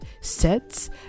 sets